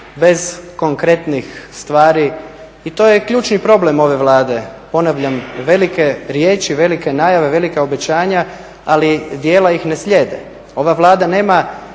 bez konkretnih stvari i to je ključni problem ove Vlade. Ponavljam, velike riječi, velike najave, velika obećanja, ali djela ih ne slijede. Ova Vlada nema